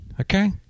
Okay